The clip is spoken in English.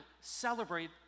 celebrate